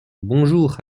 bonjour